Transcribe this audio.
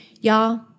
Y'all